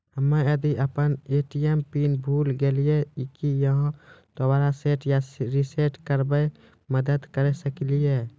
हम्मे यदि अपन ए.टी.एम पिन भूल गलियै, की आहाँ दोबारा सेट या रिसेट करैमे मदद करऽ सकलियै?